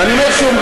ואני אומר שוב,